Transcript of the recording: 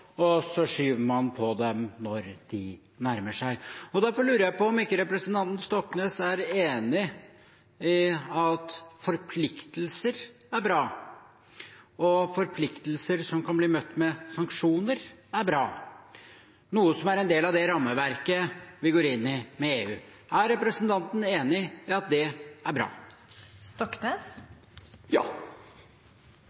og så skyver på dem når målet nærmer seg. Derfor lurer jeg på om representanten Stoknes er enig i at forpliktelser er bra, og at forpliktelser som kan bli møtt med sanksjoner, er bra, noe som er en del av det rammeverket vi går inn i med EU. Er representanten enig i at det er